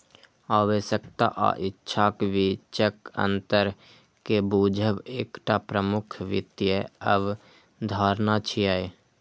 आवश्यकता आ इच्छाक बीचक अंतर कें बूझब एकटा प्रमुख वित्तीय अवधारणा छियै